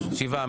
שבעה.